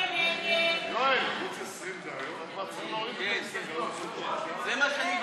ההסתייגות (357) של קבוצת סיעת הרשימה המשותפת לסעיף 1 לא נתקבלה.